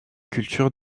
culture